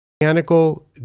mechanical